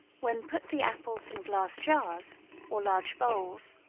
when put the apples in glass jars or large bowls,